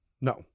No